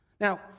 Now